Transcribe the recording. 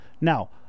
Now